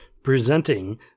presenting